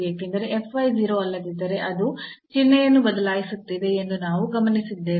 ಏಕೆಂದರೆ 0 ಅಲ್ಲದಿದ್ದರೆ ಅದು ಚಿಹ್ನೆಯನ್ನು ಬದಲಾಯಿಸುತ್ತಿದೆ ಎಂದು ನಾವು ಗಮನಿಸಿದ್ದೇವೆ